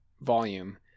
volume